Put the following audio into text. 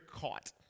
caught